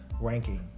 ranking